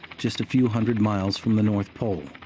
just a few hundred miles from the north pole.